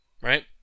Right